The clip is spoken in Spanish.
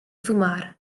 fumar